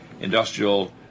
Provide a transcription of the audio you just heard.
industrial